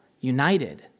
united